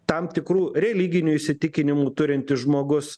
tam tikrų religinių įsitikinimų turintis žmogus